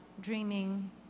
dreaming